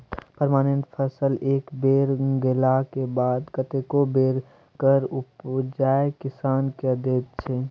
permanent फसल एक बेर लगेलाक बाद कतेको बेर फर उपजाए किसान केँ दैत छै